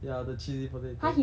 ya the cheesy potato